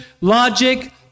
logic